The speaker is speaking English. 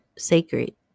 sacred